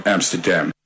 Amsterdam